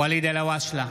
בעד ואליד אלהואשלה,